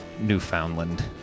Newfoundland